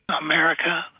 America